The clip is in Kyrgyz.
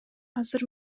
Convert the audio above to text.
азыр